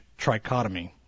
trichotomy